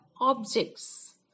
objects